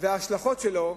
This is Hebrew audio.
ובהשלכות שלו,